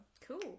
cool